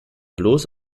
bloß